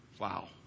Wow